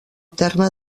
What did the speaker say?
terme